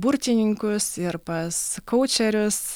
burtininkus ir pas koučerius